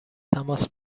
تماس